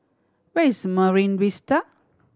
where is Marine Vista